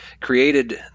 created